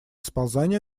сползания